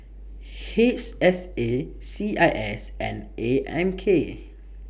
H S A C I S and A M K